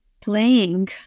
playing